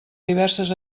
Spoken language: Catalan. diverses